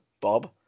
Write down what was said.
Bob